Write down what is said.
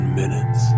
minutes